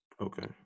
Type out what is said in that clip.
Okay